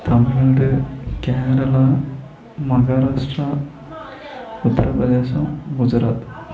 Tamil Nadu Kerala Maharashtra Uttar Pradesh Gujarat